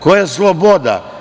Koja sloboda?